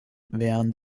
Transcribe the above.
wären